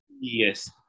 Yes